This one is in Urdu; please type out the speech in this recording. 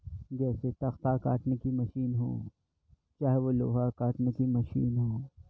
جیسے تختہ کاٹنے کی مشین ہو چاہے وہ لوہا کاٹنے کی مشین ہو